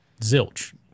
Zilch